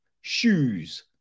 shoes